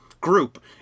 group